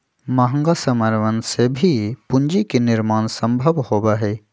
महंगा समनवन से भी पूंजी के निर्माण सम्भव होबा हई